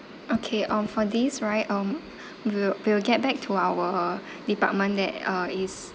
okay um for these right um we'll we'll get back to our department that uh is